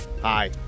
Hi